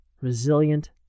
resilient